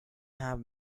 have